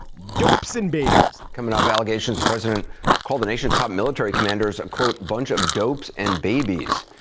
dopes and babies coming out of allegations, the president called the nation's top military commanders and quote, bunch of dopes and babies,